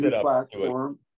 platform